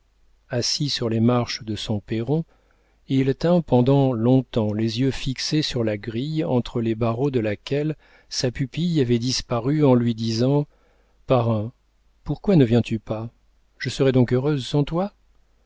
assis sur les marches de son perron il tint pendant longtemps ses yeux fixés sur la grille entre les barreaux de laquelle sa pupille avait disparu en lui disant parrain pourquoi ne viens-tu pas je serai donc heureuse sans toi